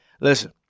Listen